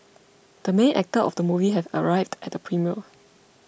the main actor of the movie has arrived at the premiere